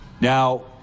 Now